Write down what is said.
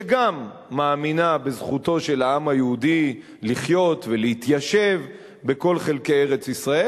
שגם מאמינה בזכותו של העם היהודי לחיות ולהתיישב בכל חלקי ארץ-ישראל,